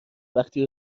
وقتی